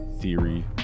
theory